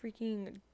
freaking